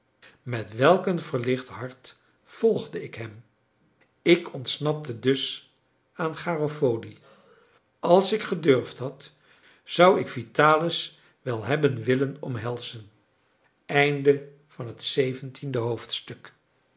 met welk een verlicht hart volgde ik hem ik ontsnapte dus aan garofoli als ik gedurfd had zou ik vitalis wel hebben willen omhelzen